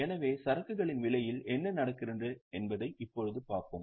எனவே சரக்குகளின் விலையில் என்ன நடக்கிறது என்பதை இப்போது பார்ப்போம்